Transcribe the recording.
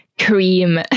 cream